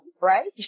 right